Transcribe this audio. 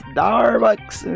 Starbucks